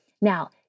Now